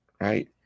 right